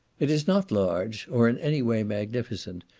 it is not large, or in any way magnificent,